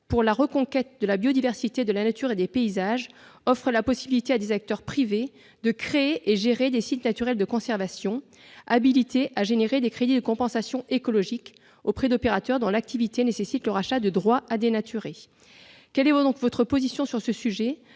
pour la reconquête de la biodiversité, de la nature et des paysages offre la possibilité à des acteurs privés de créer et de gérer des sites naturels de conservation, habilités à générer des crédits de compensation écologique auprès d'opérateurs dont l'activité nécessite le rachat de droits à « dénaturer ». Quelle est votre position sur ce sujet